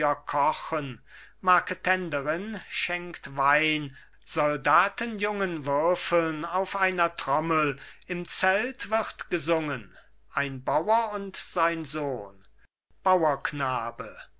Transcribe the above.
kochen marketenderin schenkt wein soldatenjungen würfeln auf einer trommel im zelt wird gesungen ein bauer und sein sohn